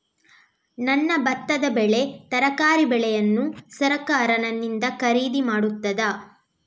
ನನ್ನ ಭತ್ತದ ಬೆಳೆ, ತರಕಾರಿ ಬೆಳೆಯನ್ನು ಸರಕಾರ ನನ್ನಿಂದ ಖರೀದಿ ಮಾಡುತ್ತದಾ?